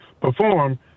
perform